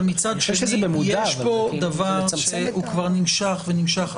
אבל מצד שני יש פה דבר שכבר נמשך ונמשך.